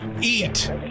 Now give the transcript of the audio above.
eat